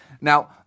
Now